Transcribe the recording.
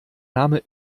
name